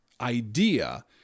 idea